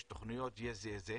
יש תוכניות ויש זה זה,